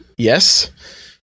Yes